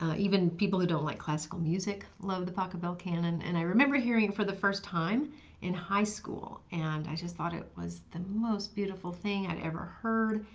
even people who don't like classical music love the pachelbel cannon. and i remember hearing it for the first time in high school and i just thought it was the most beautiful thing i had ever heard.